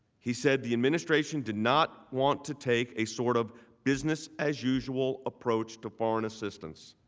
he said the administration did not want to take a sort of business as usual approach to foreign assistance.